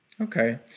Okay